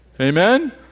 Amen